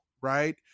right